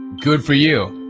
good for you.